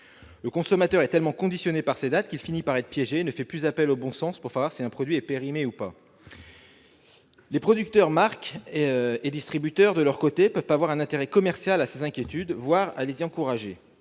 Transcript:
Le consommateur est tellement conditionné par ces dates qu'il finit par être piégé et ne fait plus appel au bon sens pour savoir si un produit est périmé ou pas. Les producteurs, marques et distributeurs peuvent de leur côté avoir un intérêt commercial à ces inquiétudes, voire les encourager.